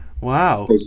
Wow